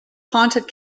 haunted